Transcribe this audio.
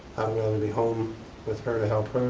rather be home with her to help